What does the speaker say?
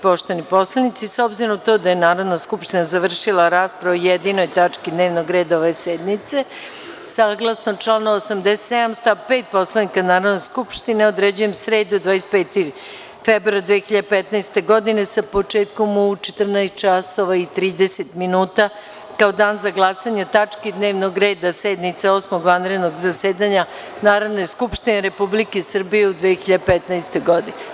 Poštovani narodni poslanici, s obzirom na to da je Narodna skupština završila raspravu o jedinoj tački dnevnog reda ove sednice, saglasno članu 87. stav 5. Poslovnika Narodne skupštine, određujem sredu, 25. februar 2015. godine, sa početkom u 14,30 časova, kao Dan za glasanje o tački dnevnog reda sednice Osmog vanrednog zasedanja Narodne skupštine Republike Srbije u 2015. godini.